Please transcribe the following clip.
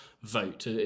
vote